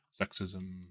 sexism